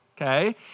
okay